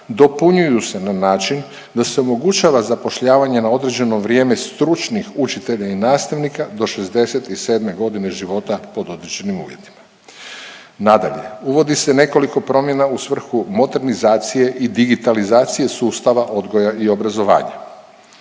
dopunjuju se na način da se omogućava zapošljavanje na određeno vrijeme stručnih učitelja i nastavnika do 67 godine života pod određenim uvjetima. Nadalje, uvodi se nekoliko promjena u svrhu motorizacije i digitalizacije sustava odgoja i obrazovanja.